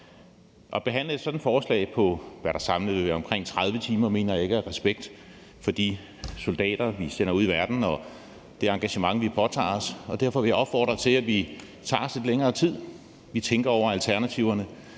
At behandle sådan et forslag på, hvad der samlet vel er omkring 30 timer, mener jeg ikke er at have respekt for de soldater, vi sender ud i verden, og det engagement, vi påtager os. Derfor vil jeg opfordre til, at vi tager os lidt længere tid, tænker over alternativerne,